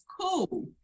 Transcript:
Cool